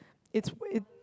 it's when